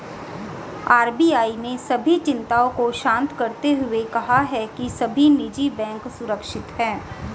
RBI ने सभी चिंताओं को शांत करते हुए कहा है कि सभी निजी बैंक सुरक्षित हैं